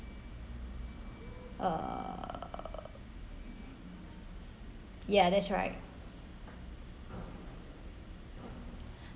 uh ya that's right